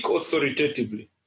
authoritatively